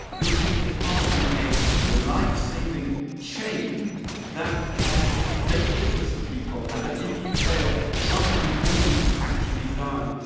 you're taking part in a lifesaving chain that can make a difference to people and that if you fail, somebody may actually die.